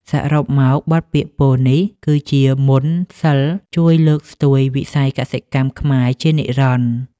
សរុបមក បទពាក្យពោលនេះគឺជាមន្តសីលជួយលើកស្ទួយវិស័យកសិកម្មខ្មែរជានិរន្តរ៍។